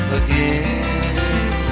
again